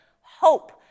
hope